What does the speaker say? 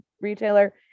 retailer